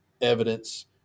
evidence